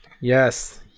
Yes